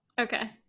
Okay